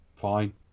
Fine